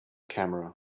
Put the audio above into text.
camera